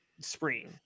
spring